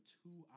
two